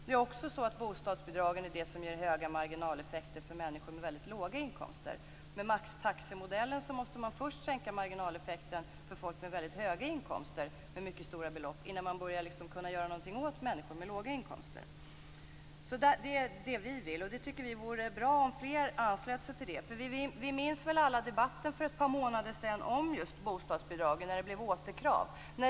Det är också så att bostadsbidragen ger höga marginaleffekter för människor med väldigt låga inkomster. Med maxtaxemodellen måste man först sänka marginaleffekten med mycket stora belopp för människor med väldigt höga inkomster innan man kan göra någonting för människor med låga inkomster. Detta är alltså vad vi vill. Vi tycker att det vore bra om fler anslöt sig till detta. Vi minns väl alla debatten för någon månad sedan om just bostadsbidragen då det blev återkrav.